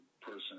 person